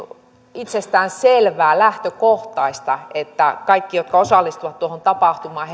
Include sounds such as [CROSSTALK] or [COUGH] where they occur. itsestäänselvää lähtökohtaista että kaikkien jotka osallistuvat tuohon tapahtumaan [UNINTELLIGIBLE]